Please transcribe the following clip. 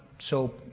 so.